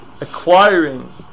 acquiring